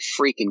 freaking